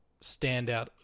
standout